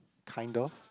kind of